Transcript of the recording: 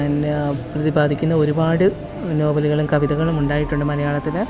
എന്നാ പ്രതിപാദിക്കുന്ന ഒരുപാട് നോവലുകളും കവിതകളുമുണ്ടായിട്ടുണ്ട് മലയാളത്തില്